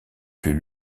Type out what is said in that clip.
plus